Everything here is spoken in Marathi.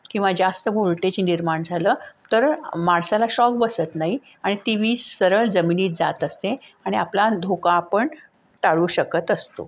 किंवा जास्त वोल्टेज निर्माण झालं तर माणसाला शॉक बसत नाही आणि ती वीज सरळ जमिनीत जात असते आणि आपला धोका आपण टाळू शकत असतो